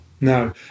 No